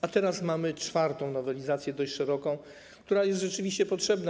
A teraz mamy czwartą nowelizację, dość szeroką, która jest rzeczywiście potrzebna.